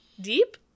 Deep